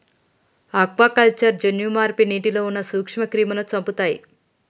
aquaculture జన్యు మార్పు నీటిలో ఉన్న నూక్ష్మ క్రిములని చెపుతయ్